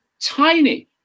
tiny